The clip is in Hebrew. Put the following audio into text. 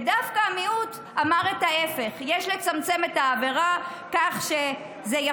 ודווקא המיעוט אמר את ההפך: יש לצמצם את העבירה